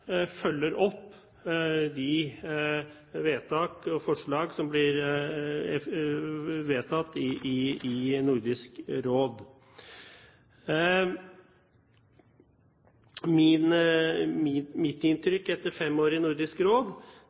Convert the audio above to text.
opp de vedtak og forslag som blir vedtatt i Nordisk Råd. Etter fem år i Nordisk Råd er mitt inntrykk